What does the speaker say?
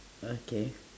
okay